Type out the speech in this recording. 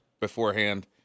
beforehand